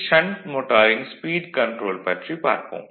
shunt மோட்டாரின் speed control பற்றி பார்ப்போம்